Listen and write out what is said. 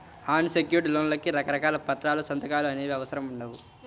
అన్ secured లోన్లకి రకరకాల పత్రాలు, సంతకాలు అనేవి అవసరం ఉండవు